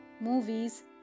movies